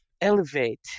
elevate